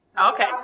Okay